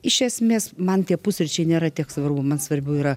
iš esmės man tie pusryčiai nėra tiek svarbu man svarbiau yra